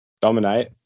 dominate